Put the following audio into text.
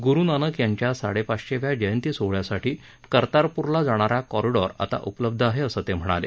गुरु नानक यांच्या साडेपाचशेव्या जयंती सोहळ्यासाठी कर्तारपूरला जाणारा कॉरिडॉर आता उपलब्ध आहे असं ते म्हणाले